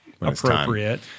appropriate